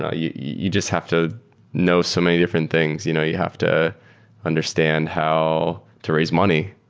ah you you just have to know so many different things. you know you have to understand how to raise money,